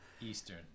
Eastern